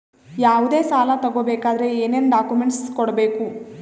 ಯಾವುದೇ ಸಾಲ ತಗೊ ಬೇಕಾದ್ರೆ ಏನೇನ್ ಡಾಕ್ಯೂಮೆಂಟ್ಸ್ ಕೊಡಬೇಕು?